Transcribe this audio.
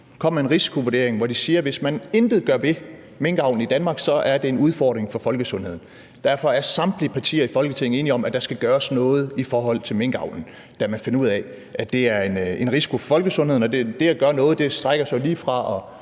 kommer med en risikovurdering, hvor de siger: Hvis man intet gør ved minkavlen i Danmark, er det en udfordring for folkesundheden. Derfor er samtlige partier i Folketinget enige om, at der skal gøres noget i forhold til minkavlen, da man finder ud af, at der er en risiko for folkesundheden, og det at gøre noget strækker sig jo lige fra